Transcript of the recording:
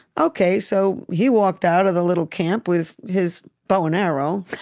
ok, so he walked out of the little camp with his bow and arrow,